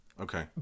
okay